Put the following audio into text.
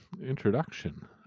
introduction